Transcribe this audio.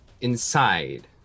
inside